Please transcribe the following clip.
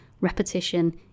Repetition